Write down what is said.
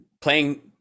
Playing